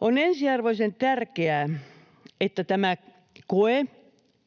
On ensiarvoisen tärkeää, että tämä koe